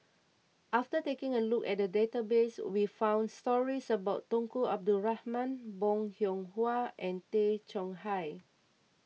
after taking a look at the database we found stories about Tunku Abdul Rahman Bong Hiong Hwa and Tay Chong Hai